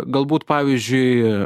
galbūt pavyzdžiui